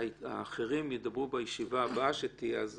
ואחרים ידברו בישיבה הבאה שתהיה.